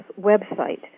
website